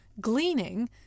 Gleaning